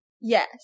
Yes